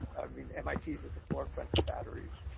i mean mit is at the forefront of batteries.